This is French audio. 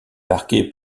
marqué